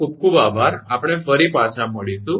ખૂબ ખૂબ આભાર આપણે ફરી પાછા મળશું